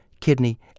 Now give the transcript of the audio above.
kidney